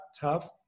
tough